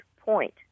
point